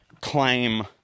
claim